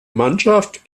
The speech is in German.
mannschaft